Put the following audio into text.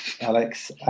Alex